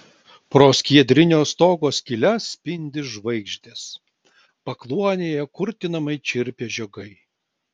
pro skiedrinio stogo skyles spindi žvaigždės pakluonėje kurtinamai čirpia žiogai